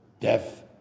death